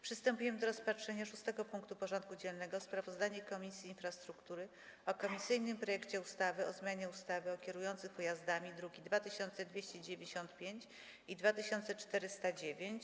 Przystępujemy do rozpatrzenia punktu 6. porządku dziennego: Sprawozdanie Komisji Infrastruktury o komisyjnym projekcie ustawy o zmianie ustawy o kierujących pojazdami (druki nr 2295 i 2409)